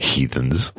Heathens